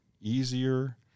easier